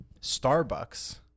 starbucks